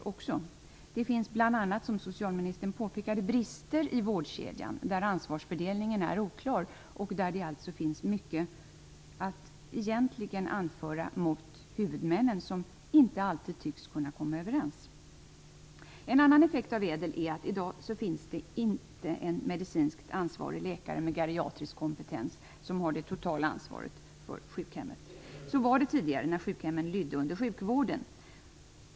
Som socialministern påpekade finns det bl.a. brister i vårdkedjan där ansvarsfördelningen är oklar. Det finns mycket att anföra mot huvudmännen som inte alltid tycks kunna komma överens. En annan effekt av ÄDEL-reformen är att det i dag inte finns en medicinskt ansvarig läkare med geriatrisk kompetens som har det totala ansvaret för ett sjukhem. Så var det tidigare när sjukhemmen lydde under sjukvården.